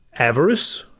avarice,